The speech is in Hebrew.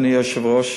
אדוני היושב-ראש,